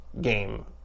game